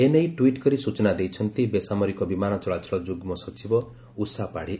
ଏ ନେଇ ଟିବିଟ୍ କରି ସୂଚନା ଦେଇଛନ୍ତି ବେସାମରିକ ବିମାନ ଚଳାଚଳ ଯୁଗ୍କ ସଚିବ ଉଷା ପାଢୀ